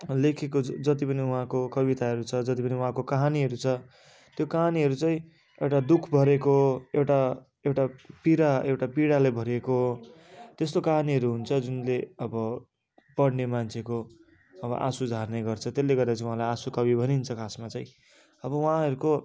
लेखेको जति पनि उहाँको कविताहरू छ जति पनि उहाँको कहानीहरू छ त्यो कहानीहरू चाहिँ एउटा दुःख भरेको एउटा एउटा पीडा एउटा पीडाले भरिएको त्यस्तो कहानीहरू हुन्छ जुनले अब पढ्ने मान्छेको अब आँसु झार्ने गर्छ त्यसले गर्दा चाहिँ उहाँलाई आँसु कवि भनिन्छ खासमा चाहिँ अब उहाँहरूको